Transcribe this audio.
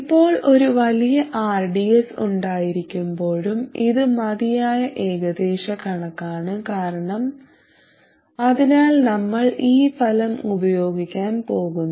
ഇപ്പോൾ ഒരു വലിയ rds ഉണ്ടായിരിക്കുമ്പോഴും ഇത് മതിയായ ഏകദേശ കണക്കാണ് അതിനാൽ നമ്മൾ ഈ ഫലം ഉപയോഗിക്കാൻ പോകുന്നു